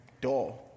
door